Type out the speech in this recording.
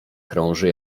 krąży